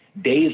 days